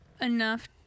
enough